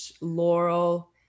Laurel